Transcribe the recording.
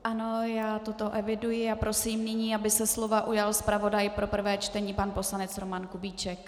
Ano, já toto eviduji, a prosím nyní, aby se slova ujal zpravodaj pro prvé čtení pan poslanec Roman Kubíček.